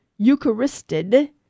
Eucharisted